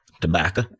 tobacco